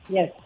Yes